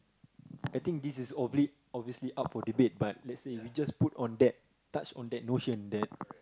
I think this is obviously obviously up for debate but let's say if you just put on that touch on that notion then